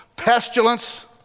pestilence